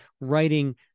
writing